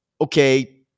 okay